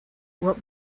what